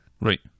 Right